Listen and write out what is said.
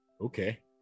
Okay